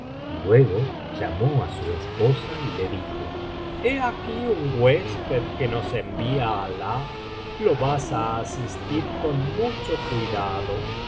y luego llamó á su esposa y le dijo he aquí un huésped que nos envía alah lo vas á asistir con mucho cuidado y